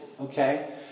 Okay